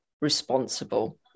responsible